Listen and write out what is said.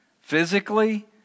physically